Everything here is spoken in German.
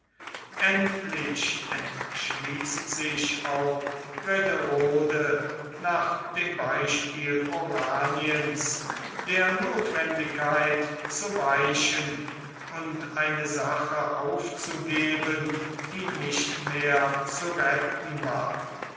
endlich entschließt sich auch brederode nach dem beispiel oraniens der notwendigkeit zu weichen und eine sache aufzugeben die nicht mehr zu retten war